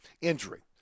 injury